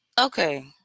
Okay